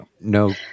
no